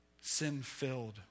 sin-filled